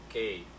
Okay